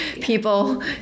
people